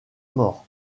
mort